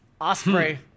Osprey